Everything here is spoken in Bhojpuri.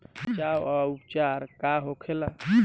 बचाव व उपचार का होखेला?